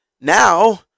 now